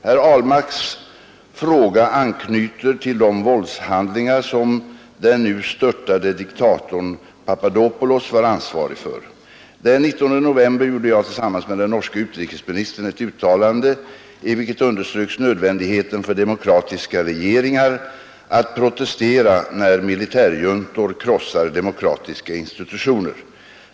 Herr Ahlmarks fråga anknyter till de våldshandlingar som den nu störtade diktatorn Papadopoulos var ansvarig för. Den 19 november gjorde jag tillsammans med den norske utrikesministern ett uttalande, i vilket underströks nödvändigheten för demokratiska regeringar att protestera när militärjuntor krossar demokratiska institutioner.